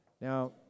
Now